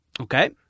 Okay